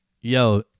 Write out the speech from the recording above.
Yo